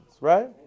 right